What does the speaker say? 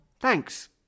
Thanks